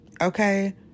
Okay